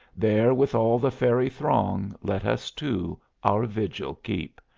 there with all the fairy throng let us too our vigil keep.